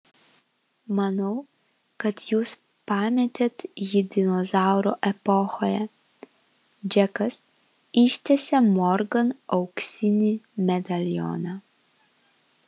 manau kad jūs pametėt jį dinozaurų epochoje džekas ištiesė morgan auksinį medalioną